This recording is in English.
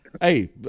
Hey